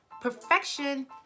Perfection